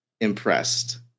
impressed